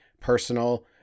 personal